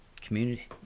community